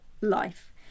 life